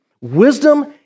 wisdom